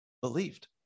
believed